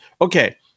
okay